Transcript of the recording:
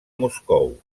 moscou